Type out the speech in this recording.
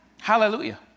Hallelujah